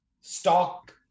stock